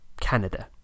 Canada